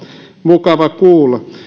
mukava kuulla